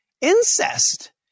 incest